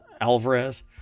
Alvarez